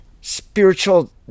spiritual